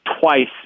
twice